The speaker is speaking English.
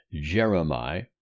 Jeremiah